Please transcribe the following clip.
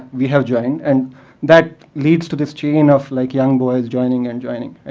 we have joined. and that leads to this chain of like young boys joining and joining.